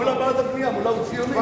מולה בעד הבנייה, מולה הוא ציוני.